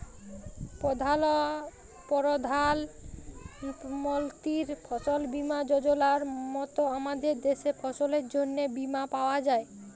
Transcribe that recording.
পরধাল মলতির ফসল বীমা যজলার মত আমাদের দ্যাশে ফসলের জ্যনহে বীমা পাউয়া যায়